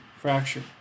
fracture